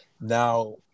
now